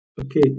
Okay